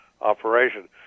operation